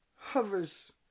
hovers